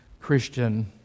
Christian